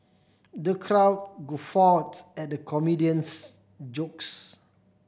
the crowd guffawed at the comedian's jokes